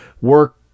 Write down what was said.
work